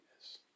Yes